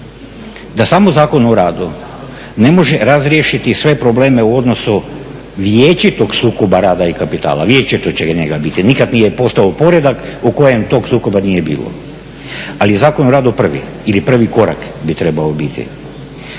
da samo Zakon o radu ne može razriješiti sve probleme u odnosu vječitog sukoba rada i kapitala. Vječito će njega biti, nikad nije postojao poredak u kojem tog sukoba nije bilo. Ali Zakon o radu je prvi ili prvi korak bi trebao biti,